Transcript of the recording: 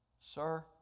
sir